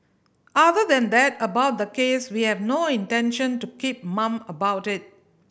other than that about the case we have no intention to keep mum about it